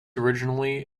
originally